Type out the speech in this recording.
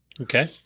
Okay